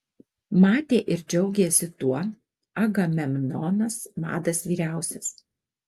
matė ir džiaugėsi tuo agamemnonas vadas vyriausias